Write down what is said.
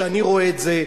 כשאני רואה את זה,